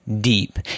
deep